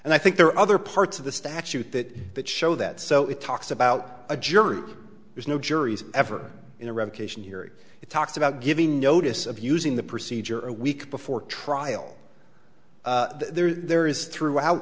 and i think there are other parts of the statute that that show that so it talks about a jury there's no juries ever in a revocation hearing it talks about giving notice of using the procedure a week before trial there is throughout